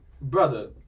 brother